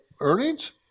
earnings